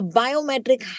biometric